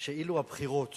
שאילו הבחירות